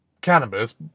cannabis